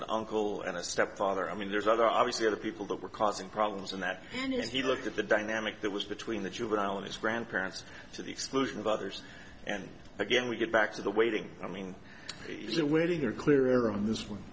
an uncle and a stepfather i mean there's other obviously other people that were causing problems in that and as he looked at the dynamic that was between the juvenile and his grandparents to the exclusion of others and again we get back to the waiting i mean he's aware you're clear on this one